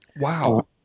Wow